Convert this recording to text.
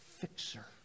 fixer